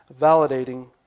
validating